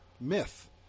myth